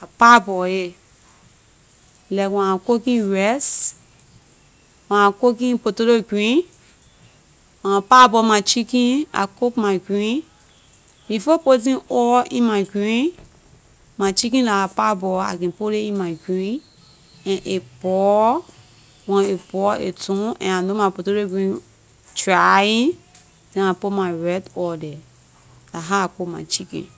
I parboil a like when I cooking rice when I cooking potatoes green when I parboil my chicken I cook my green before putting oil in my green my chicken la I parboil I can put ley in my green and a boil when a boil a done and I know my potato green drying then I put my red oil the la how I cook my chicken.